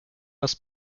raz